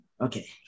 Okay